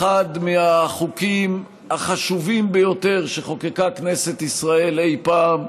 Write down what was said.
אחד מהחוקים החשובים ביותר שחוקקה כנסת ישראל אי-פעם,